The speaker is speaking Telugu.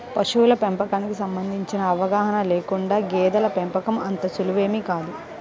పశువుల పెంపకానికి సంబంధించిన అవగాహన లేకుండా గేదెల పెంపకం అంత సులువేమీ కాదు